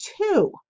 two